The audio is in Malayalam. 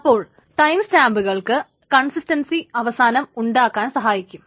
അപ്പോൾ ടൈം സ്റ്റാമ്പുകൾക്ക് കൺസിസ്റ്റൻസി അവസാനം ഉണ്ടാക്കാൻ സഹായിക്കും